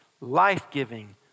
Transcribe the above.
life-giving